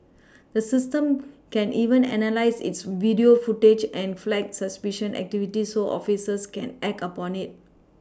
the system can even analyse its video footage and flag suspicious activity so officers can act upon it